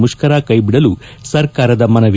ಮುಷ್ತರ ಕೈಬಿಡಲು ಸರ್ಕಾರ ಮನವಿ